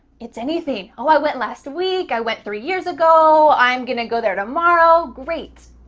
it's anything. oh, i went last week. i went three years ago. i'm gonna go there tomorrow. great.